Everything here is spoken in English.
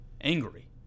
angry